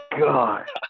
god